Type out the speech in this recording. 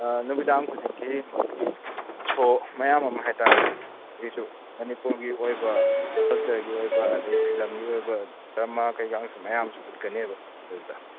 ꯅꯨꯃꯤꯗꯥꯡ ꯈꯨꯗꯤꯡꯒꯤ ꯃꯣꯏꯒꯤ ꯁꯣ ꯃꯌꯥꯝ ꯑꯃ ꯍꯥꯏꯇꯥꯔꯦ ꯑꯗꯩꯁꯨ ꯃꯅꯤꯄꯨꯔꯒꯤ ꯑꯣꯏꯕ ꯀꯜꯆꯔꯒꯤ ꯑꯣꯏꯕ ꯑꯗꯒꯤ ꯐꯤꯜꯃꯒꯤ ꯑꯣꯏꯕ ꯗ꯭ꯔꯃꯥ ꯀꯩꯀꯥꯁꯨ ꯃꯌꯥꯝꯁꯨ ꯎꯠꯀꯅꯦꯕ ꯑꯗꯨꯗ